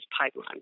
pipeline